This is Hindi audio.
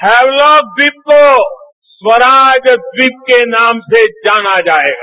हैवलॉक ट्वीप को स्वराज ट्वीप के नाम से जाना जाएगा